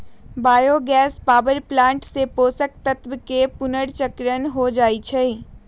bio gas power plant से पोषक तत्वके पुनर्चक्रण हो जाइ छइ